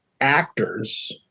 actors